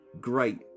great